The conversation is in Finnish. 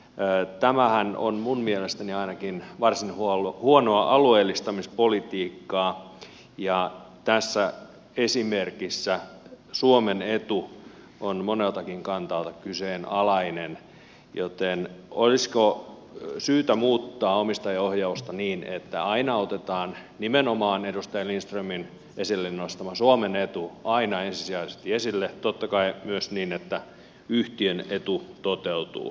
tämähän on minun mielestäni ainakin varsin huonoa alueellistamispolitiikkaa ja tässä esimerkissä suomen etu on moneltakin kannalta kyseenalainen joten olisiko syytä muuttaa omistajaohjausta niin että otetaan nimenomaan edustaja lindströmin esille nostama suomen etu aina ensisijaisesti esille totta kai myös niin että yhtiön etu toteutuu